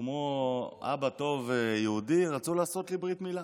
כמו אבא טוב ויהודי, רצו לעשות לי ברית מילה.